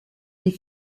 les